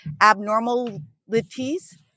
abnormalities